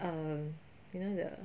um you know the